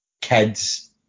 kids